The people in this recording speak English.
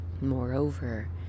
moreover